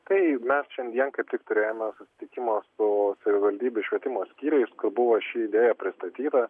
taip mes šiandien kaip tik turėjome susitikimą su savivaldybių švietimo skyriais kur buvo ši idėja pristatyta